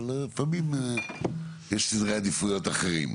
אבל לפעמים יש סדרי עדיפויות אחרים.